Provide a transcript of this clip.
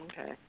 Okay